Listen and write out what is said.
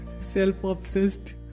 self-obsessed